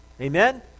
Amen